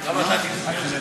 גם אתה תתמוך.